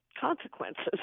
consequences